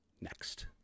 next